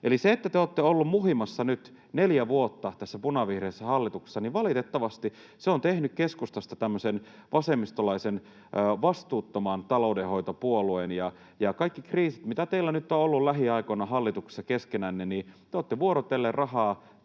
Eli se, että te olette olleet muhimassa nyt neljä vuotta tässä punavihreässä hallituksessa, valitettavasti on tehnyt keskustasta tämmöisen vasemmistolaisen vastuuttoman taloudenhoitopuolueen, ja kaikissa kriiseissä, mitä teillä nyt on ollut viime aikoina hallituksessa keskenänne, te olette vuorotellen rahaa